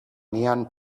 neon